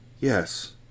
Yes